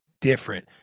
different